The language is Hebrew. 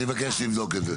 אני מבקש לבדוק את זה.